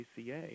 ACA